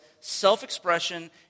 self-expression